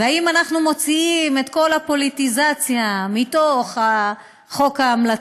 אם אנחנו מוציאים את כל הפוליטיזציה מחוק ההמלצות,